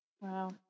Wow